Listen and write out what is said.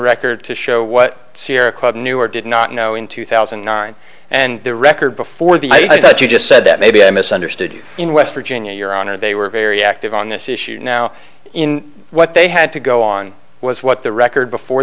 record to show what sierra club knew or did not know in two thousand and nine and the record before the that you just said that maybe i misunderstood you in west virginia your honor they were very active on this issue now in what they had to go on was what the record before